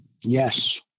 Yes